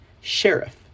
sheriff